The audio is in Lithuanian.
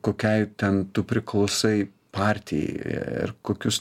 kokiai ten tu priklausai partijai ir kokius